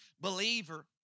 believer